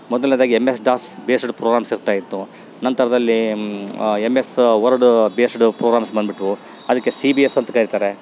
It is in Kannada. ಮೊದಲ್ನೆದಾಗಿ M S DOS based programs ಇರ್ತಾಯಿತ್ತು ನಂತರದಲ್ಲೀ M S Word based programs ಬಂದ್ಬಿಟ್ವು ಅದಕ್ಕೆ ಸಿ ಬಿ ಎಸ್ ಅಂತ ಕರೀತಾರೆ